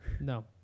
No